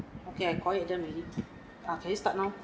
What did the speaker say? okay I quiet them already ah can you start now